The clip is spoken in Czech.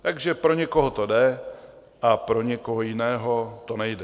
Takže pro někoho to jde a pro někoho jiného to nejde.